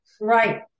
Right